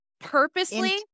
purposely